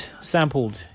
sampled